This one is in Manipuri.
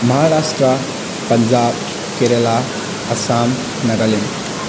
ꯃꯍꯥꯔꯥꯁꯇ꯭ꯔꯥ ꯄꯟꯖꯥꯕ ꯀꯦꯔꯦꯂꯥ ꯑꯁꯥꯝ ꯅꯒꯥꯂꯦꯟ